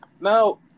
Now